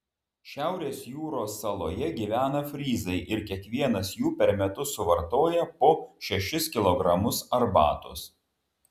šiaurės jūros saloje gyvena fryzai ir kiekvienas jų per metus suvartoja po šešis kilogramus arbatos